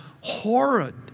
horrid